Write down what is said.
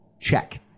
Check